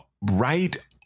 right